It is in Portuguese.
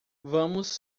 vamos